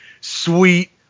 sweet